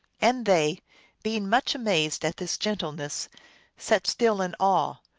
and they being much amazed at this gen tleness, sat still in awe,